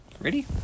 Ready